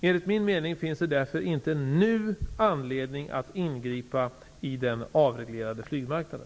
Enligt min mening finns det därför inte nu anledning att ingripa i den avreglerade flygmarknaden.